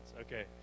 Okay